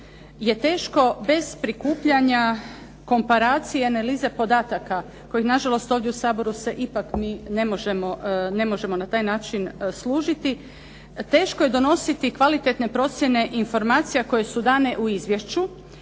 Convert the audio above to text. je teško bez prikupljanja komparacije analize podataka kojim nažalost ovdje u Saboru se ipak mi ne možemo na taj način služiti. Teško je donositi kvalitetne procjene informacija koje su dane u izvješću